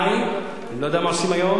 לפני, אני לא יודע מה עושים היום,